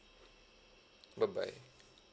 bye bye